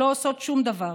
לא עושות שום דבר.